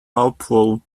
hopeful